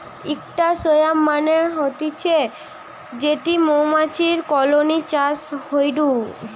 ইকটা সোয়ার্ম মানে হতিছে যেটি মৌমাছির কলোনি চাষ হয়ঢু